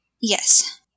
Yes